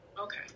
okay